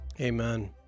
Amen